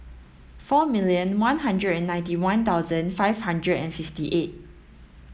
four million one hundred and ninety one thousand five hundred and fifty eight